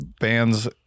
bands